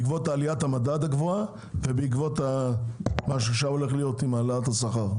בעקבות עליית המדד הגבוהה ובעקבות מה שהולך להיות עם עליית השכר?